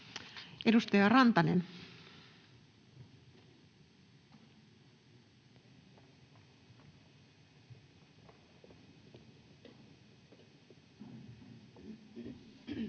Edustaja Rantanen. [Speech